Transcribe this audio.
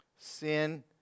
Sin